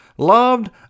loved